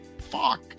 Fuck